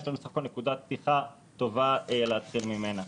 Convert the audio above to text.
יש לנו בסך הכל נקודת פתיחה טובה להתחיל ממנה.